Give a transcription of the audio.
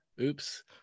oops